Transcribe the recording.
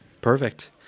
Perfect